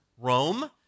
Rome